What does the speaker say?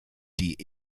die